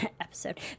episode